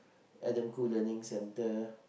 Adam-Khoo learning center